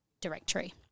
directory